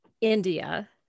India